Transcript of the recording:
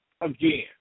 Again